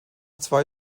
zwei